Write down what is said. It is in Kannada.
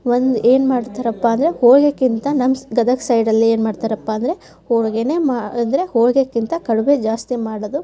ಒಂದು ಏನು ಮಾಡ್ತಾರಪ್ಪ ಅಂದರೆ ಹೋಳಿಗೆಗಿಂತ ನಮ್ಮ ಗದಗ ಸೈಡ್ ಅಲ್ಲಿ ಏನು ಮಾಡ್ತಾರಪ್ಪ ಅಂದರೆ ಹೋಳಿಗೇನೆ ಮ ಅಂದರೆ ಹೋಳಿಗೆಗಿಂತ ಕಡುಬೇ ಜಾಸ್ತಿ ಮಾಡೋದು